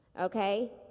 Okay